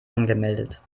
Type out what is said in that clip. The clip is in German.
angemeldet